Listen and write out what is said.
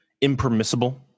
impermissible